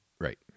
right